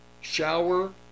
shower